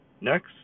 Next